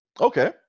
Okay